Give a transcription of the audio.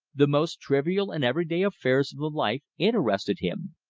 the most trivial and everyday affairs of the life interested him.